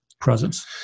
presence